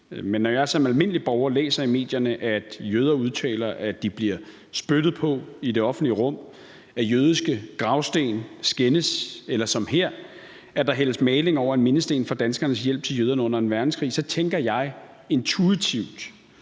Men når jeg som almindelig borger læser i medierne, at jøder udtaler, at de bliver spyttet på i det offentlige rum, at jødiske gravsten skændes, eller at der som her hældes maling over en mindesten for danskernes hjælp til jøderne under anden verdenskrig, så tænker jeg intuitivt,